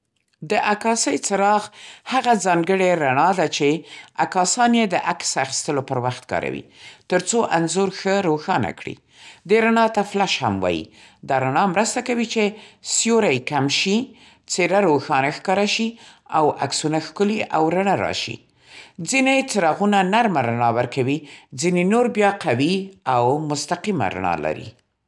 د عکاسۍ څراغ هغه ځانګړې رڼا ده چې عکاسان یې د عکس اخیستلو پر وخت کاروي، تر څو انځور ښه روښانه کړي. دې رڼا ته فلش هم وایي. دا رڼا مرسته کوي چې سیوری کم شي، څېره روښانه ښکاره شي او عکسونه ښکلي او رڼه راشې. ځینې څراغونه نرمه رڼا ورکوي. ځینې نور بیا قوي او مستقیمه رڼا لري.